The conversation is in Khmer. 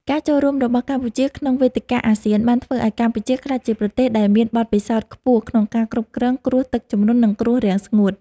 ការចូលរួមរបស់កម្ពុជាក្នុងវេទិកាអាស៊ានបានធ្វើឱ្យកម្ពុជាក្លាយជាប្រទេសដែលមានបទពិសោធន៍ខ្ពស់ក្នុងការគ្រប់គ្រងគ្រោះទឹកជំនន់ និងគ្រោះរាំងស្ងួត។